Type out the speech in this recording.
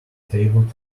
tabled